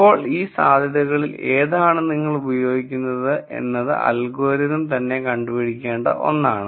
ഇപ്പോൾ ഈ സാധ്യതകളിൽ ഏതാണ് നിങ്ങൾ ഉപയോഗിക്കുന്നത് എന്നത് അൽഗോരിതം തന്നെ കണ്ടുപിടിക്കേണ്ട ഒന്നാണ്